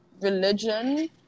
religion